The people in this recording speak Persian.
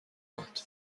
اومد